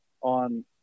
on